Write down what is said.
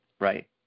right